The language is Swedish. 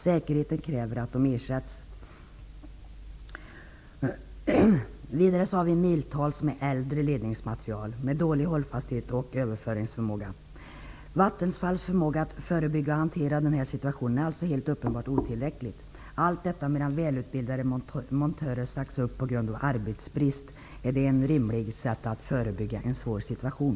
Säkerheten kräver att de ersätts. Vidare finns det miltals av äldre ledningsmaterial med dålig hållfasthet och överföringsförmåga. Vatttenfalls förmåga att förebygga och hantera sådana här situationer är alltså uppenbart otillräcklig, detta medan välutbildade montörer har sagts upp på grund av arbetsbrist. Är detta ett rimligt sätt att förebygga en svår situation?